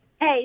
Hey